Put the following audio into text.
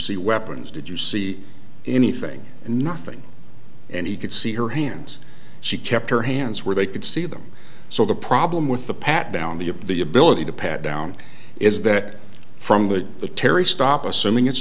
see weapons did you see anything and nothing and he could see her hands she kept her hands where they could see them so the problem with the pat down the of the ability to pat down is that from that the terry stop assuming it's